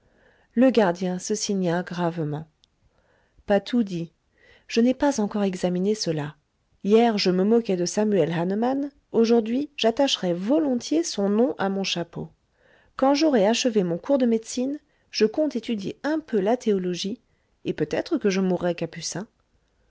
le gardien se signa gravement patou dit je n'ai pas encore examiné cela hier je me moquais de samuel hahnemann aujourd'hui j'attacherais volontiers son nom à mon chapeau quand j'aurai achevé mon cours de médecine je compte étudier un peu la théologie et peut-être que je mourrai capucin